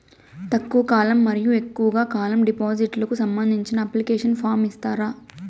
తక్కువ కాలం మరియు ఎక్కువగా కాలం డిపాజిట్లు కు సంబంధించిన అప్లికేషన్ ఫార్మ్ ఇస్తారా?